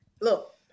Look